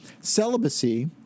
celibacy